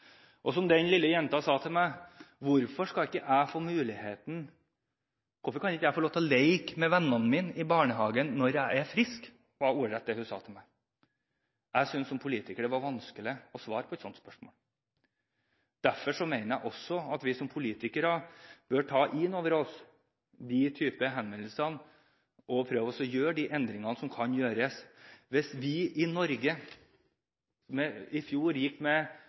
sine. Som den lille jenta ordrett sa til meg: Hvorfor kan jeg ikke få lov til å leke med vennene mine i barnehagen når jeg er frisk? Jeg synes som politiker at det var vanskelig å svare på et sånt spørsmål. Jeg mener at vi som politikere bør ta innover oss disse henvendelsene og prøve å gjøre de endringene som kan gjøres. Hvis vi i Norge – i fjor gikk vi med